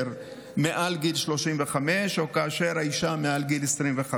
מעל גיל 35 או כאשר האישה מעל גיל 25,